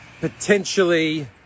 potentially